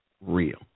Real